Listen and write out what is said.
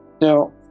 Now